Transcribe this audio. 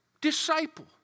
disciple